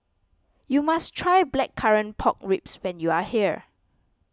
you must try Blackcurrant Pork Ribs when you are here